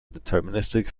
deterministic